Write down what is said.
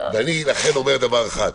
ולכן אני אומר דבר אחד,